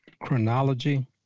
chronology